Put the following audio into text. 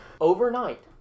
Overnight